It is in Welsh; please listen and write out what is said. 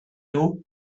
nhw